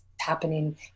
happening